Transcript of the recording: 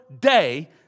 day